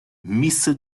місце